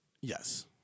Yes